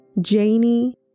Janie